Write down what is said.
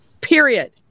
Period